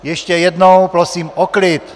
Ještě jednou prosím o klid!